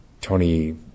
Tony